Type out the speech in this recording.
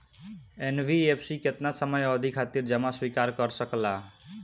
NBFC केतना समयावधि खातिर जमा स्वीकार कर सकला?